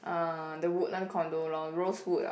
uh the Woodland condo lor Rosewood ah